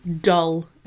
dull